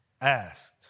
asked